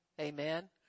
amen